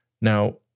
Now